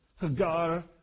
Hagar